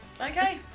Okay